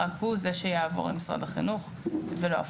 רק הוא זה שיעבור למשרד החינוך ולא הפוך.